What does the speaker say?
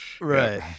Right